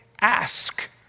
ask